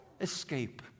escape